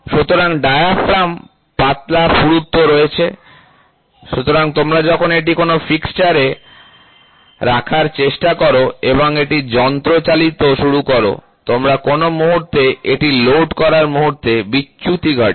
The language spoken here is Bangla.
সুতরাং ডায়াফ্রামে পাতলা পুরুত্ব রয়েছে সুতরাং তোমরা যখন এটি কোনও ফিক্সচারে রাখার চেষ্টা করো এবং এটি যন্ত্রচালিত শুরু করো তোমরা কোনও মুহুর্তে এটি লোড করার মুহুর্তে বিচ্যুতি ঘটে